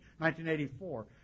1984